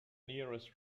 nearest